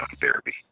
therapy